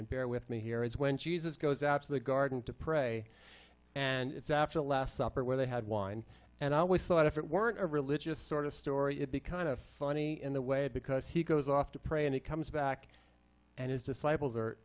and bear with me here is when jesus goes out to the garden to pray and it's after the last supper where they had wine and i always thought if it weren't a religious sort of story it becomes a funny in the way because he goes off to pray and he comes back and his disciples